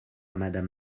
madame